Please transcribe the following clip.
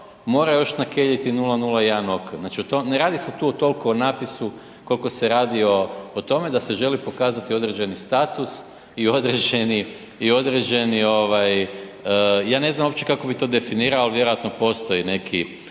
razumije./..., znači ne radi se tu o toliko o napisu koliko se radi o tome da se želi pokazati određeni status i određeni, ja ne znam uopće kako bi to definirao ali vjerojatno postoji neki